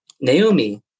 Naomi